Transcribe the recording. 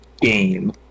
game